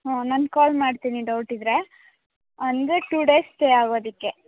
ಹಾಂ ನಾನ್ ಕಾಲ್ ಮಾಡ್ತೀನಿ ಡೌಟ್ ಇದ್ದರೆ ಅಂದರೆ ಟೂ ಡೇಸ್ ಸ್ಟೆ ಆಗೋದಕ್ಕೆ